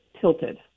tilted